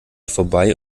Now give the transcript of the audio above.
vorbei